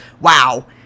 wow